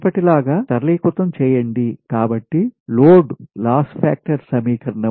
మునుపటి లాగా సరళీకృతం చేయండి కాబట్టి లోడ్ లాస్ ఫాక్టర్ సమీకరణం